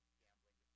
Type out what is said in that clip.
gambling